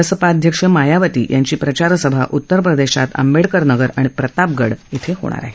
बसपा अध्यक्ष मायावती यांची प्रचारसभा उत्तरप्रदेशात आंबेडकर नगर आणि प्रतापगड धिं होणार आहे